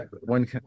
one